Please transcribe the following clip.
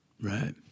Right